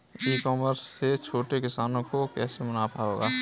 ई commerce से छोटे किसानों को कैसे मुनाफा होगा?